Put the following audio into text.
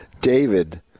David